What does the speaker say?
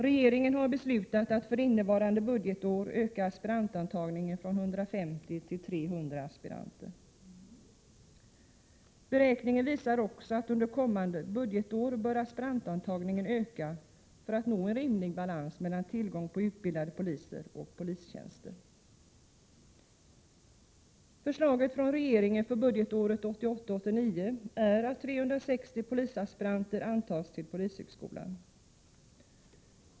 Regeringen har beslutat att för innevarande budgetår öka aspirantantagningen från 150 till 300 aspiranter. Beräkningen visar också att aspirantantagningen under kommande budgetår bör öka för att nå en rimlig balans mellan tillgången på utbildade poliser och tillgången på polistjänster. Förslaget från regeringen för budgetåret 1988/89 är att 360 polisaspiranter antas till polishögskolan.